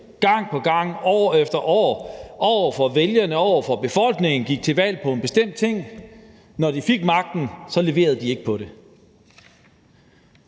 gang på gang, år efter år, over for vælgerne og over for befolkningen gik til valg på en bestemt ting, men at når de fik magten, leverede de ikke på det.